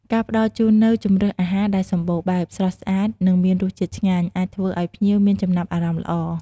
ការផ្តល់ជូននូវ ជម្រើសអាហារដែលសម្បូរបែប ស្រស់ស្អាត និងមានរសជាតិឆ្ងាញ់ អាចធ្វើឲ្យភ្ញៀវមានចំណាប់អារម្មណ៍ល្អ។